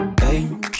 Hey